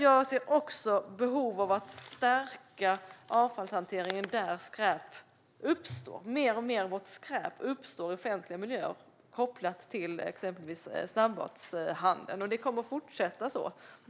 Jag ser också behov av att stärka avfallshanteringen där skräp uppstår. Alltmer av vårt skärp uppstår i offentliga miljöer kopplat till exempelvis snabbmatshandeln. Det kommer att fortsätta att vara så.